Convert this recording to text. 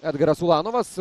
edgaras ulanovas